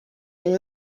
and